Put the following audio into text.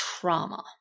trauma